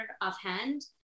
offhand